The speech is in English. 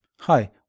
Hi